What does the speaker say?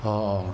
oh